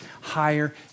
higher